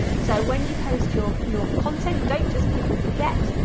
so when you post your your content, don't just click and forget,